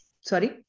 Sorry